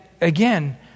again